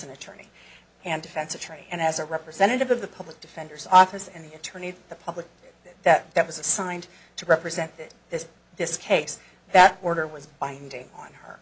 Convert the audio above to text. attorney and defense attorney and as a representative of the public defender's office and the attorney of the public that that was assigned to represent this this case that order was binding on her